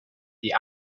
the